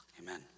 Amen